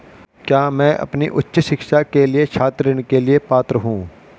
क्या मैं अपनी उच्च शिक्षा के लिए छात्र ऋण के लिए पात्र हूँ?